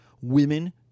Women